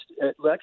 election